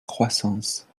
croissance